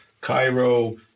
Cairo